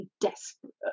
desperate